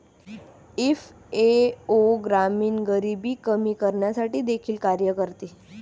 FAO ग्रामीण गरिबी कमी करण्यासाठी देखील कार्य करते